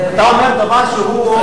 אתה אומר דבר שהוא,